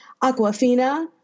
Aquafina